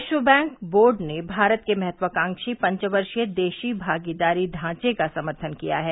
विश्व bank board ने भारत के महत्वाकांक्षी पंचवर्षीय देशी भागीदारी ढांचे का समर्थन किया है